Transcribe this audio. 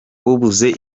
ubuze